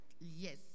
Yes